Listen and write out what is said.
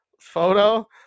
photo